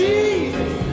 Jesus